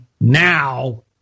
now